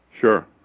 Sure